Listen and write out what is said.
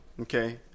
okay